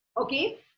Okay